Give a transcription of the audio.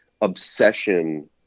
obsession